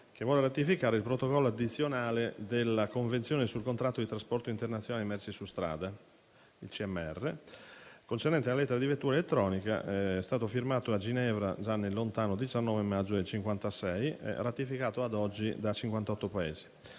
che vuole ratificare il protocollo addizionale alla Convenzione sul contratto di trasporto internazionale di merci su strada (CMR) concernente la lettera di vettura elettronica, firmato a Ginevra nel lontano 19 maggio del 1956 e ratificato, ad oggi, da 58 Paesi.